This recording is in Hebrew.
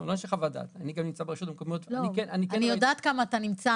אני גם נמצא ברשויות המקומיות --- אני יודעת כמה אתה נמצא,